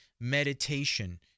meditation